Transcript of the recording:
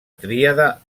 tríada